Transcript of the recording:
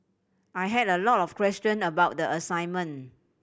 I had a lot of question about the assignment